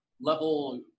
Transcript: level